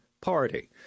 Party